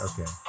Okay